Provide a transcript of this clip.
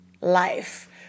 life